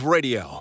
Radio